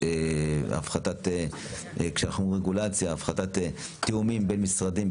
והפחתת רגולציה בתיאומים בין המשרדים,